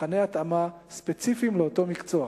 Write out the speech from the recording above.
מבחני התאמה ספציפיים לאותו מקצוע.